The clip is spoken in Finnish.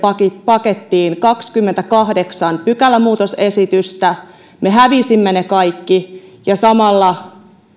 pakettiin kaksikymmentäkahdeksan pykälämuutosesitystä me hävisimme ne kaikki ja samalla